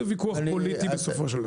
זה ויכוח פוליטי בסופו של דבר.